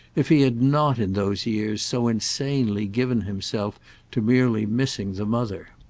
if he had not in those years so insanely given himself to merely missing the mother.